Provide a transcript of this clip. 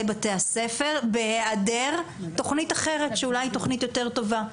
בתי הספר בהיעדר תוכנית אחרת שאולי היא תוכנית יותר טובה.